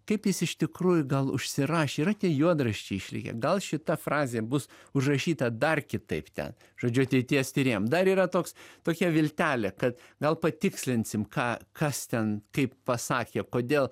kaip jis iš tikrųjų gal užsirašė yra tie juodraščiai išlikę gal šita frazė bus užrašyta dar kitaip ten žodžiu ateities tyrėjam dar yra toks tokia viltelė kad gal patikslinsim ką kas ten kaip pasakė kodėl